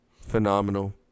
phenomenal